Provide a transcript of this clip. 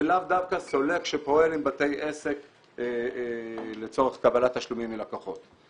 ולאו דווקא סולק שפועל עם בתי עסק לצורך קבלת תשלומים מלקוחות.